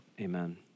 Amen